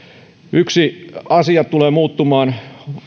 yksi asia tulee muuttumaan